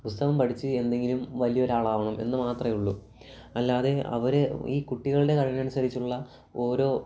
പുസ്തകം പഠിച്ച് എന്തെങ്കിലും വലിയൊരാളാകണം എന്ന് മാത്രേ ഉള്ളൂ അല്ലാതെ അവര് ഈ കുട്ടികളുടെ കഴിവനുസരിച്ചുള്ള ഓരോ